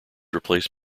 replaced